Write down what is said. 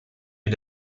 you